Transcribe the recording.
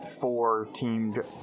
four-teamed